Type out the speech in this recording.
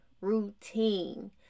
routine